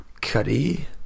Cuddy